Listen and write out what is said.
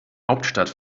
hauptstadt